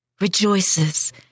rejoices